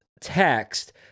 text